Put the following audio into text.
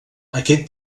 aquest